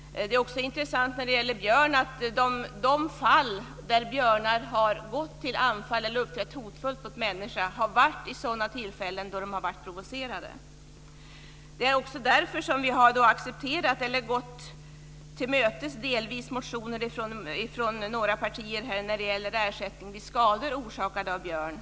Det är intressant att de fall där björnar har gått till anfall eller uppträtt hotfullt mot människor har varit vid sådana tillfällen då de varit provocerade. Det är kanske därför som vi delvis har gått till mötes motioner från några partier när det gäller ersättning för skador orsakade av björn.